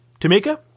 Tamika